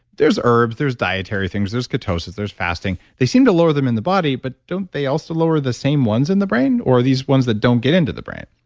there's herbs, there's dietary things, there's ketosis, there's fasting. they seem to lower them in the body, but don't they also lower the same ones in the brain? or are these ones that don't get into the brain?